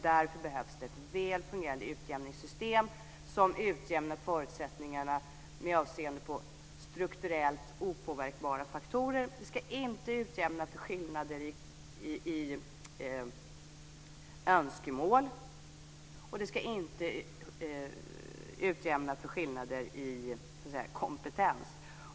Därför behövs det ett väl fungerande utjämningssystem som utjämnar förutsättningarna med avseende på strukturellt opåverkbara faktorer. Vi ska inte utjämna för skillnader i önskemål, och vi ska inte utjämna för skillnader i kompetens.